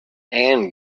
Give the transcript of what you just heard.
and